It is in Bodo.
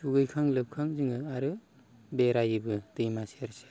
दुगैखां लोबखां जोङो आरो बेरायोबो दैमा सेर सेर